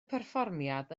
perfformiad